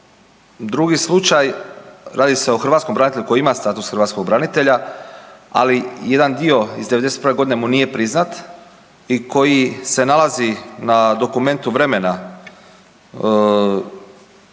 drugi slučaj radi se o Hrvatskom branitelju koji ima status branitelja ali jedan dio iz 91. godine mu nije priznat i koji se nalazi na dokumentu vremena